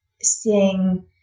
seeing